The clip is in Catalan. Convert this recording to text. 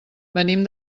venim